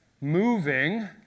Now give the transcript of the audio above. Moving